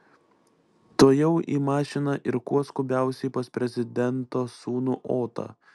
tuojau į mašiną ir kuo skubiausiai pas prezidento sūnų otą